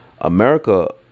America